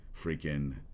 freaking